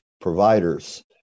providers